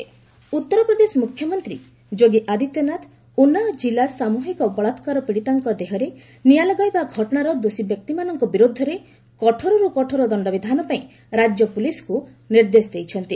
Unnao case SIT Uttar Pradesh ମୁଖ୍ୟମନ୍ତ୍ରୀ ଯୋଗୀ ଆଦିତ୍ୟନାଥ ଉନାଓ ଜିଲ୍ଲା ସାମୃହିକ ବଳାକ୍କାର ପୀଡ଼ିତାଙ୍କ ଦେହରେ ନିଆଁ ଲଗାଇବା ଘଟଣାର ଦୋଷୀବ୍ୟକ୍ତିମାନଙ୍କ ବିରୁଦ୍ଧରେ କଠୋରରୁ କଠୋର ଦଣ୍ଡବିଧାନ ପାଇଁ ରାଜ୍ୟ ପୋଲିସ୍କୁ ନିର୍ଦ୍ଦେଶ ଦେଇଛନ୍ତି